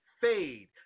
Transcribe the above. fade